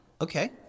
okay